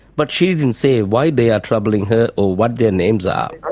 but she didn't say why they are troubling her or what their names um are.